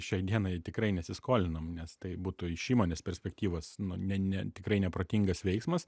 šiai dienai tikrai nesiskolinom nes tai būtų iš įmonės perspektyvos nu ne ne tikrai neprotingas veiksmas